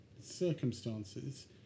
circumstances